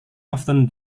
often